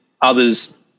others